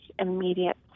immediate